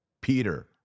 Peter